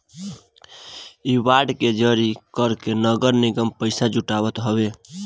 इ बांड के जारी करके नगर निगम पईसा जुटावत हवे